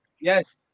Yes